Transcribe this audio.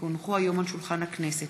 כי הונחו היום על שולחן הכנסת,